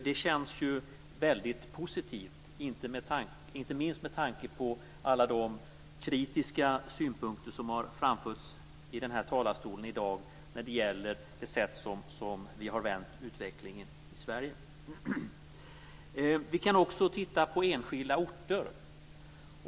Det känns ju väldigt positivt, inte minst med tanke på alla de kritiska synpunkter som har framförts i talarstolen i dag när det gäller det sätt som utvecklingen i Sverige har vänts på. Vi kan också titta på enskilda orter.